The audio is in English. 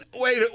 Wait